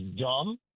dumb